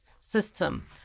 system